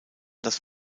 das